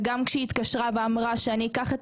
גם כשהיא התקשרה ואמרה שאני אקח את